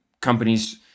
companies